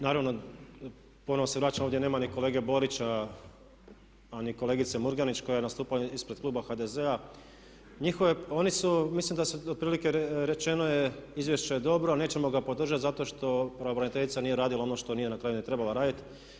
Naravno ponovno se vraćam, ovdje nema ni kolege Borića a ni kolegice Murganić koja je nastupila ispred kluba HDZ-a, oni su mislim da je otprilike rečeno izvješće je dobro, nećemo ga podržati zato što pravobraniteljica nije radila ono što nije na kraju ni trebala raditi.